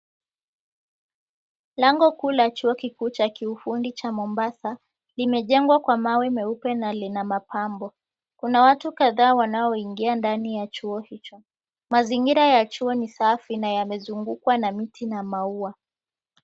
Lango kuu la chuo cha kiufundi cha Mombasa limejengwa kwa mawe meupe na lina mapambo, kuna watu kadhaa wanaoingia kwa chuo hicho mazingira ya chuo ni safi na inazungukwa na miti na maua.